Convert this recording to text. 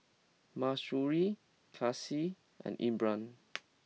Mahsuri Kasih and Imran